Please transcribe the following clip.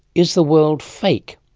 is the world fake?